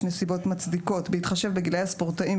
נסיבות מצדיקות בהתחשב בגילאי הספורטאים,